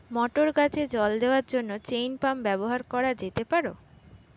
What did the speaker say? মটর গাছে জল দেওয়ার জন্য চেইন পাম্প ব্যবহার করা যেতে পার?